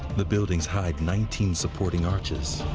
the buildings hide nineteen supporting arches.